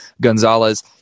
Gonzalez